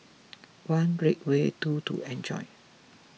one great way two to enjoy